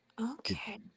Okay